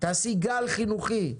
תעשי גל חינוכי,